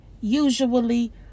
usually